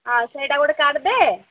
ଆଉ ସେଇଟା ଗୋଟେ କାଢ଼ିଦେ